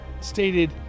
stated